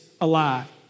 alive